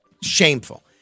Shameful